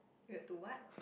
you had to what